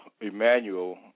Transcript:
Emmanuel